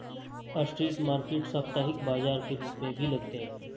street market साप्ताहिक बाजार के रूप में भी लगते हैं